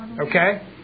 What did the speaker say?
Okay